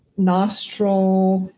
nostril,